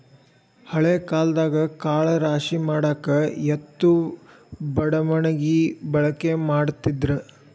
ಹಳೆ ಕಾಲದಾಗ ಕಾಳ ರಾಶಿಮಾಡಾಕ ಎತ್ತು ಬಡಮಣಗಿ ಬಳಕೆ ಮಾಡತಿದ್ರ